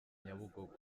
nyabugogo